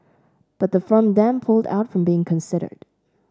but the firm then pulled out from being considered